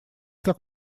как